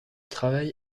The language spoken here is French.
travaille